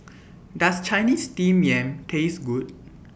Does Chinese Steamed Yam Taste Good